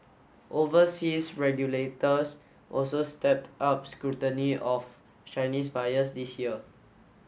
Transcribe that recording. overseas regulators also stepped up scrutiny of Chinese buyers this year